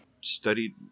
studied